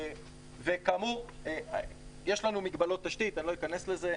יש לנו מגבלות תשתית, אני לא אכנס לזה.